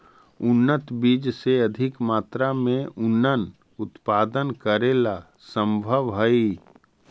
उन्नत बीज से अधिक मात्रा में अन्नन उत्पादन करेला सम्भव हइ